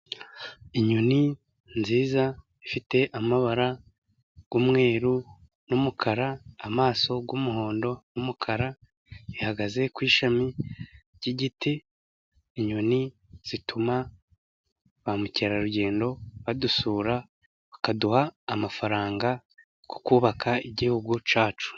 Inyoni nziza ifite amabara y'umweru n'umukara, amaso y'umuhondo n'umukara, ihagaze ku ishami ry'igiti . Inyoni zituma ba mukerarugendo badusura ,bakaduha amafaranga yo kubabaka igihugu cyacu.